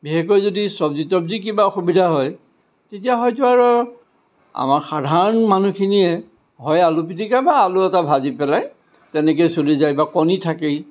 বিশেষকৈ যদি চব্জি তব্জি কিবা অসুবিধা হয় তেতিয়া হয়তো আৰু আমাৰ সাধাৰণ মানুহখিনিয়ে হয় আলু পিটিকা বা আলু এটা ভাজি পেলাই তেনেকৈয়ে চলি যায় বা কণী থাকেই